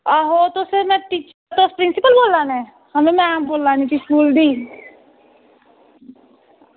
आहो तुस प्रिंसीपल बोल्ला ने आं में मॉम बोल्ला नी सुशील दी